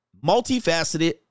multifaceted